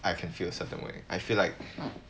I can feel a certain way I feel like hmm